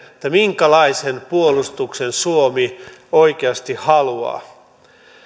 minkälaisen puolustuksen suomi oikeasti haluaa